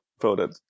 voted